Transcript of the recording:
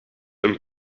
een